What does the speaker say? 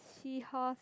see her